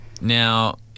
Now